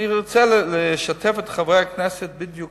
אני רוצה לשתף את חברי הכנסת בדיוק